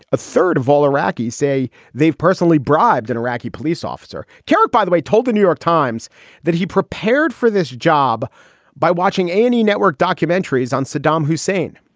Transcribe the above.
a third of all iraqis say they've personally bribed an iraqi police officer. killed, like by the way, told the new york times that he prepared for this job by watching a and e network documentaries on saddam hussein.